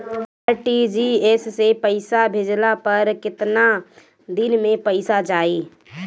RTGS से पईसा भेजला पर केतना दिन मे पईसा जाई?